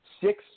six